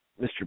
Mr